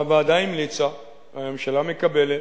הוועדה המליצה, והממשלה מקבלת,